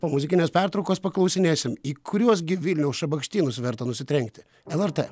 po muzikinės pertraukos paklausinėsim į kuriuos gi vilniaus šabakštynus verta nusitrenkti lrt